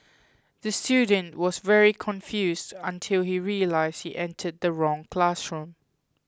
the student was very confused until he realised he entered the wrong classroom